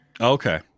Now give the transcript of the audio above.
Okay